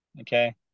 Okay